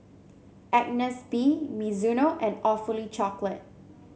Agnes B Mizuno and Awfully Chocolate